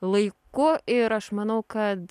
laiku ir aš manau kad